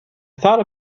thought